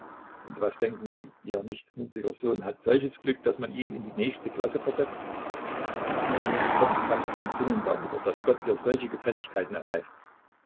und was denken sie ihr nichtsnutziger sohn hat solches glück daß man ihn in die nächste klasse versetzt die gnädige kommt fast von sinnen darüber daß gott ihr solche gefälligkeiten erweist